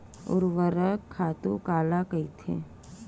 ऊर्वरक खातु काला कहिथे?